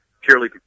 purely